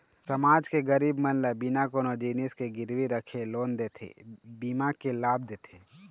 समाज के गरीब मन ल बिना कोनो जिनिस के गिरवी रखे लोन देथे, बीमा के लाभ देथे